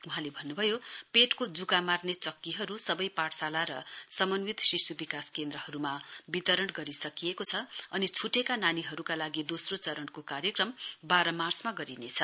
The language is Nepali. वहाँले भन्नु भयो पेटको डुका मार्ने चक्कीहरू सबै पाठशाला र सम्बन्धित शिशु विकास केन्द्रहरूमा वितरण गरिसकिएको छ अनि छुटेका नानीहरूका लागि दोस्रो चरणको कार्यक्रम बाह् मार्चमा गरिनेछ